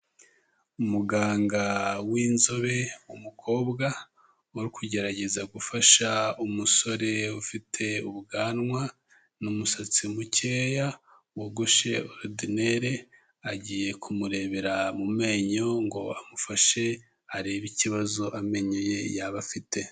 Umuganga w'inzobe w'umukobwa uri kugerageza gufasha umusore ufite ubwanwa n'umusatsi mukeya, wogoshe orudinere, agiye kumurebera mu menyo ngo amufashe arebe ikibazo amenyo ye yaba afite.